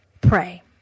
pray